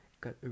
got